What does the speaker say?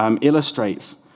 illustrates